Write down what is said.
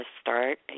start